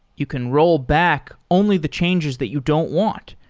you can rollback only the changes that you don't want,